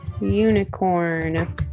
unicorn